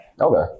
Okay